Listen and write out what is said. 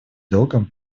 долгом